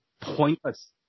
pointless